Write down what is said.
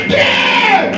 dead